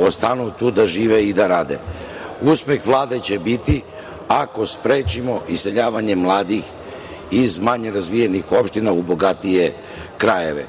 ostanu tu da žive i da rade. Uspeh Vlade će biti ako sprečimo iseljavanje mladih iz manje razvijenih opština u bogatije krajeve.